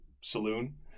saloon